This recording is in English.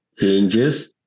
changes